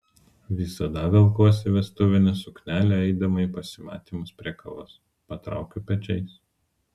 visada velkuosi vestuvinę suknelę eidama į pasimatymus prie kavos patraukiu pečiais